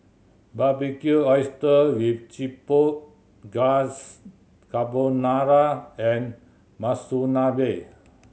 Barbecue Oyster with Chipotle Glaze Carbonara and Monsunabe